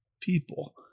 people